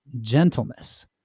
gentleness